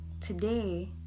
today